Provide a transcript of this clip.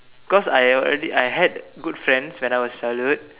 cause I already I had good friends when I was childhood